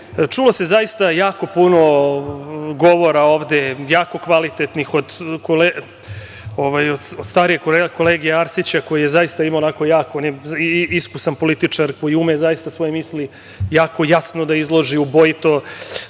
ne. Čulo se zaista jako puno govora ovde, jako kvalitetnih od starijih kolega, kolege Arsića koji je zaista imao, on je iskusan političar koji ume zaista svoje misli jako jasno da izloži ubojito,